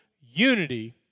unity